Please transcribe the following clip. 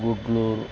Gudluru